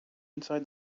inside